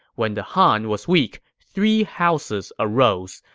when the han was weak, three houses arose.